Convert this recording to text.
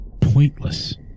pointless